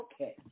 Okay